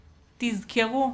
תזכרו,